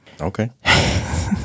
Okay